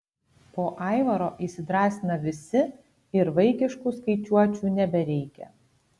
po aivaro įsidrąsina visi ir vaikiškų skaičiuočių nebereikia